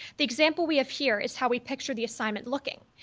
the example we have here is how we picture the assignment looking,